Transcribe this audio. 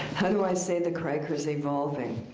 how do i see the crakers evolving?